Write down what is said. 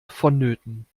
vonnöten